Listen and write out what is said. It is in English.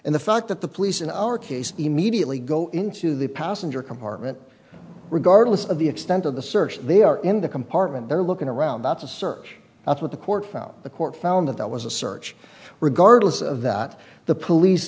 and the fact that the police in our case immediately go into the passenger compartment regardless of the extent of the search they are in the compartment they're looking around that's a search that's what the court found the court found that that was a search regardless of that the police